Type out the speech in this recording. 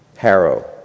Harrow